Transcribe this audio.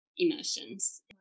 emotions